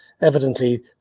Evidently